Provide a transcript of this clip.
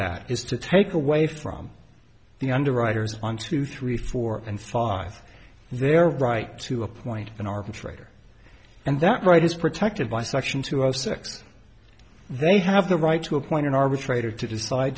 that is to take away from the underwriters one two three four and five their right to appoint an arbitrator and that right is protected by section two zero six they have the right to appoint an arbitrator to decide